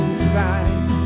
inside